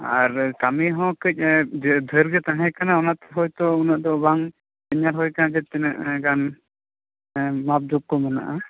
ᱟᱨ ᱠᱟᱹᱢᱤ ᱦᱚᱸ ᱠᱟ ᱡ ᱫᱷᱮᱨ ᱜᱮ ᱛᱟᱦᱮᱸᱠᱟᱱᱟ ᱚᱱᱟᱛᱮ ᱦᱚᱭᱛᱚ ᱩᱱᱟ ᱜ ᱫᱚ ᱵᱟᱝ ᱧᱮᱞ ᱦᱩᱭᱟᱠᱟᱱᱟ ᱡᱮ ᱛᱤᱱᱟ ᱜ ᱜᱟᱱ ᱢᱟᱯ ᱡᱳᱠᱷ ᱠᱚ ᱢᱮᱱᱟᱜᱼᱟ